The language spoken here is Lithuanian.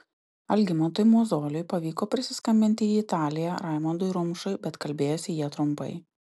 algimantui mozoliui pavyko prisiskambinti į italiją raimondui rumšui bet kalbėjosi jie trumpai